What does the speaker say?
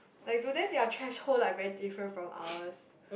like to them their threshold like very different from ours